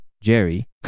Jerry